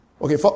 Okay